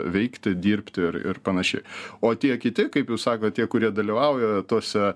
veikti dirbti ir ir panašiai o tie kiti kaip jūs sakot kurie dalyvauja tuose